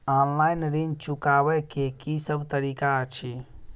Online ऋण चुकाबै केँ की सब तरीका अछि?